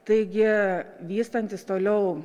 taigi vystantis toliau